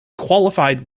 qualified